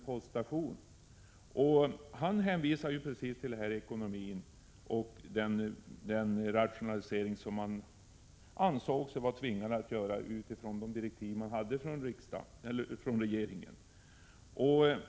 Generaldirektören hänvisade till ekonomin och den rationalisering som man ansåg sig tvingad att göra utifrån de direktiv man hade fått från regeringen.